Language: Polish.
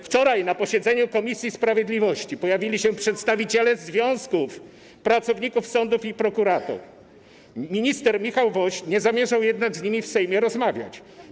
Wczoraj na posiedzeniu Komisji Sprawiedliwości pojawili się przedstawiciele związków pracowników sądów i prokuratur, jednak minister Michał Woś nie zamierzał z nimi w Sejmie rozmawiać.